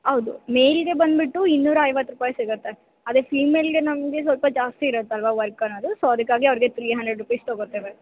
ಹೌದು ಮೇಲ್ಗೆ ಬಂದುಬಿಟ್ಟು ಇನ್ನೂರ ಐವತ್ತು ರೂಪಾಯಿ ಸಿಗುತ್ತೆ ಅದೇ ಫೀಮೇಲ್ಗೆ ನಮಗೆ ಸ್ವಲ್ಪ ಜಾಸ್ತಿ ಇರತ್ತೆ ಅಲ್ವಾ ವರ್ಕ್ ಅನ್ನೋದು ಸೊ ಅದಕ್ಕಾಗಿ ಅವ್ರಿಗೆ ತ್ರೀ ಹಂಡ್ರೆಡ್ ರುಪೀಸ್ ತಗೋತೇವೆ